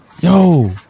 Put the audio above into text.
Yo